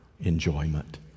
Enjoyment